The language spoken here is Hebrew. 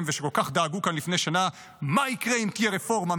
ושכל כך דאגו כאן לפני שנה מה יקרה אם תהיה רפורמה,